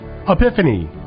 Epiphany